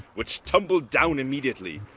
which tumbled down immediately,